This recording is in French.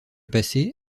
passé